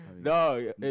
No